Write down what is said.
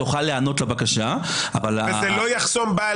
בית המשפט יוכל להיענות לבקשה.